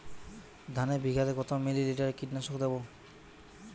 ধানে বিঘাতে কত মিলি লিটার কীটনাশক দেবো?